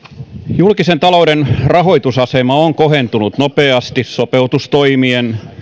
julkisen talouden rahoitusasema on kohentunut nopeasti sopeutustoimien